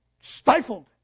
stifled